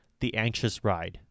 theanxiousride